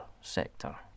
sector